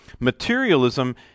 Materialism